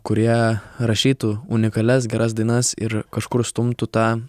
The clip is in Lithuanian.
kurie rašytų unikalias geras dainas ir kažkur stumtų tą